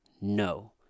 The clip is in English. No